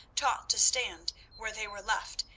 taught to stand where they were left,